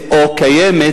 קיימת,